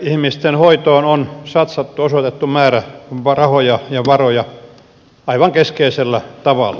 ikäihmisten hoitoon on satsattu ja osoitettu määrärahoja ja varoja aivan keskeisellä tavalla